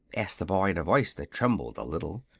asked the boy, in a voice that trembled a little.